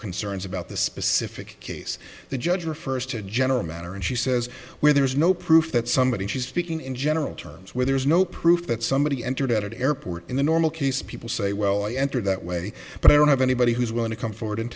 concerns about the specific case the judge refers to a general matter and she says where there is no proof that somebody she's speaking in general terms where there is no proof that somebody entered at an airport in the normal case people say well i entered that way but i don't have anybody who's willing to come forward and